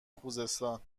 خوزستان